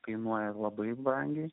kainuoja labai brangiai